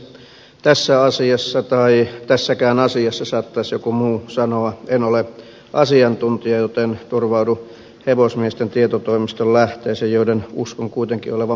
tässä asiassa tai tässäkään asiassa saattaisi joku muu sanoa en ole asiantuntija joten turvaudun hevosmiesten tietotoimiston lähteisiin joiden uskon kuitenkin olevan paikkansa pitäviä